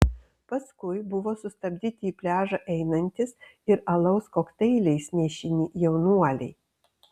paskui buvo sustabdyti į pliažą einantys ir alaus kokteiliais nešini jaunuoliai